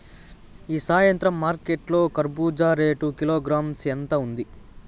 ఈ సాయంత్రం మార్కెట్ లో కర్బూజ రేటు కిలోగ్రామ్స్ ఎంత ఉంది?